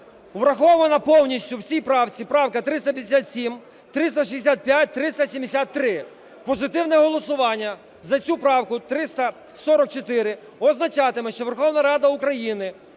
Врахована повністю в цій правці правка 357, 365, 373. Позитивне голосування за цю правку 344 означатиме, що Верховна Рада України